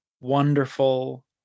wonderful